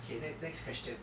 okay next next question